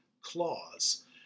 Clause